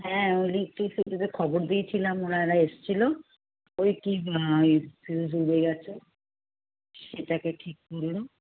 হ্যাঁ ইলেক্ট্রিসিটিতে খবর দিয়েছিলাম ওনারা এসছিলো ওই কি ওই ফিউজ উড়ে গেছে সেটাকে ঠিক করলো